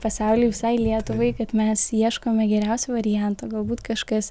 pasauliui visai lietuvai kad mes ieškome geriausio varianto galbūt kažkas